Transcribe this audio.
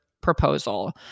proposal